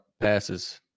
passes